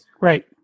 Right